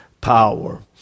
power